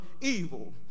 evil